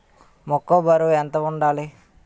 మొక్కొ బరువు ఎంత వుండాలి?